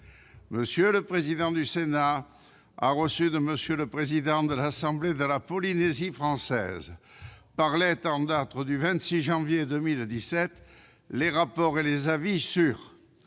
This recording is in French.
M. Le président du Sénat a reçu de M. le président de l'Assemblée de la Polynésie Française, par lettre en date du 26 janvier 2017, les rapports et les avis sur